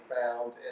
found